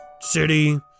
City